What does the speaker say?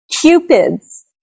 Cupids